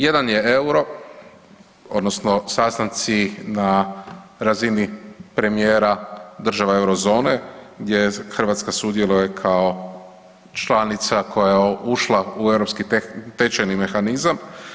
Jedan je euro odnosno sastanci na razini premijera država Eurozone gdje Hrvatska sudjeluje kao članica koja je ušla u europski tečajni mehanizam.